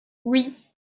oui